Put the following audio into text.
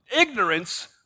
ignorance